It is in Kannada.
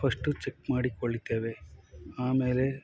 ಪಶ್ಟು ಚೆಕ್ ಮಾಡಿಕೊಳ್ಳುತ್ತೇವೆ ಆಮೇಲೆ